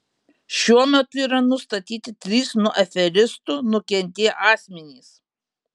šiuo metu yra nustatyti trys nuo aferistų nukentėję asmenys